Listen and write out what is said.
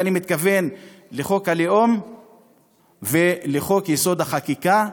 ואני מתכוון לחוק הלאום ולחוק-יסוד: החקיקה,